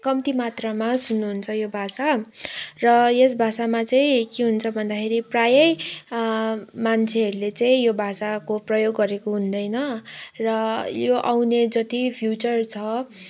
कम्ती मात्रामा सुन्नुहुन्छ यो भाषा र यस भाषामा चाहिँ के हुन्छ भन्दाखेरि प्रायै मान्छेहरूले चाहिँ यो भाषाको प्रयोग गरेको हुँदैन र यो आउने जति फ्युचर छ